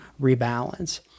rebalance